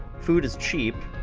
food is cheap.